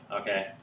okay